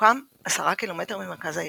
ממוקם 10 קילומטר ממרכז העיר.